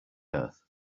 earth